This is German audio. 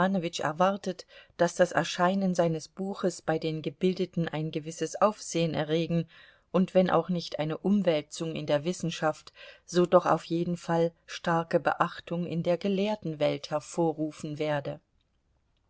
erwartet daß das erscheinen seines buches bei den gebildeten ein gewisses aufsehen erregen und wenn auch nicht eine umwälzung in der wissenschaft so doch auf jeden fall starke beachtung in der gelehrtenwelt hervorrufen werde